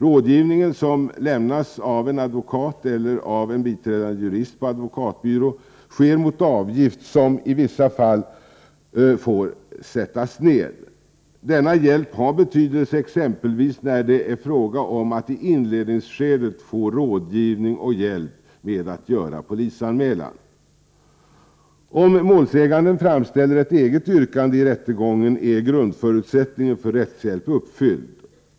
Rådgivningen, som lämnas av en advokat eller av en biträdande jurist på en advokatbyrå, sker mot avgift som i vissa fall får sättas ned. Denna hjälp har betydelse, exempelvis när det är fråga om att i inledningsskedet få rådgivning och hjälp för att göra polisanmälan. Om målsäganden framställer ett eget yrkande i rättegången är grundförutsättningen för rättshjälp uppfylld.